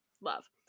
love